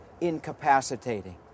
incapacitating